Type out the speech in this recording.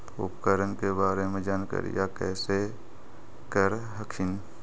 उपकरण के बारे जानकारीया कैसे कर हखिन?